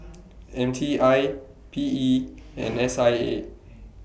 M T I P E and S I A